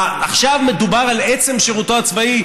עכשיו מדובר על עצם שירותו הצבאי,